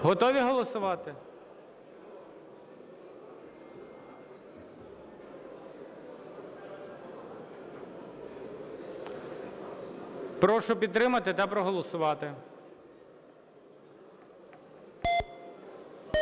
Готові голосувати? Прошу підтримати та проголосувати.